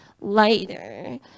lighter